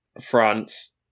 France